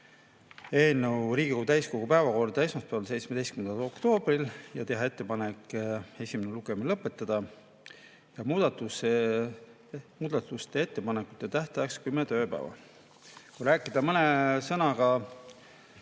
eelnõu Riigikogu täiskogu päevakorda esmaspäeval, 17. oktoobril ja teha ettepanek esimene lugemine lõpetada ja muudatusettepanekute tähtajaks määrata kümme tööpäeva. Kui rääkida mõne sõnaga